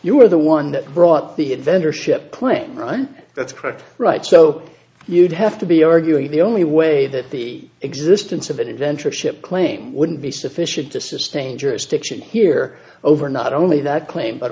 you were the one that brought the inventor ship clay right that's correct right so you'd have to be arguing the only way that the existence of an inventor ship claim wouldn't be sufficient to sustain jurisdiction here over not only that claim but